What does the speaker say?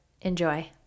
Enjoy